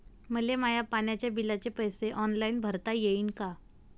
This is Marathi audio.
मले माया पाण्याच्या बिलाचे पैसे ऑनलाईन भरता येईन का?